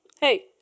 hey